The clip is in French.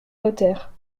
notaire